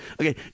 Okay